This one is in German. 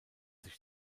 sich